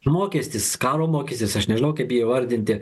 mokestis karo mokysis aš nežinau kaip įvardyti